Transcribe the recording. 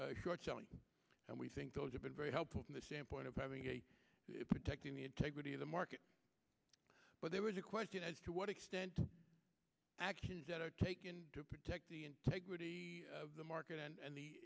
short selling and we think those have been very helpful from the standpoint of having it protecting the integrity of the market but there is a question as to what extent actions that are taken to protect the integrity of the market and in the